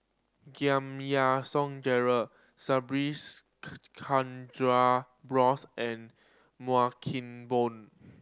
Giam Yean Song Gerald Subhas Chandra Bose and Keng Boon